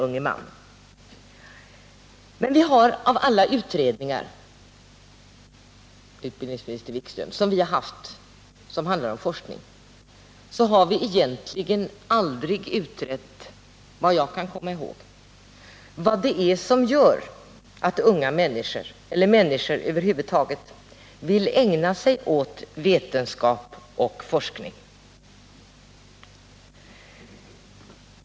Av alla utredningar som handlar om forskning, utbildningsminister Wikström, har vi enligt vad jag kan komma ihåg egentligen utrett vad det är som gör att unga människor eller människor över huvud taget vill ägna sig åt vetenskaplig forskning.